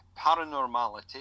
paranormality